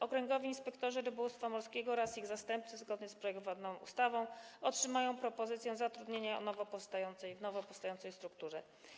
Okręgowi inspektorzy rybołówstwa morskiego oraz ich zastępcy zgodnie z projektowaną ustawą otrzymają propozycję zatrudnienia w nowo powstającej strukturze.